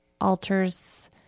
alters